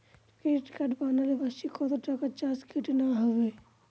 Credit card বানালে বার্ষিক কত টাকা চার্জ কেটে নেওয়া হবে?